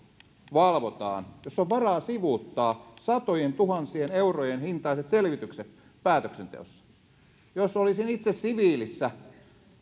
valvotaan jos päätöksenteossa on varaa sivuuttaa satojentuhansien eurojen hintaiset selvitykset jos olisin itse siviilissä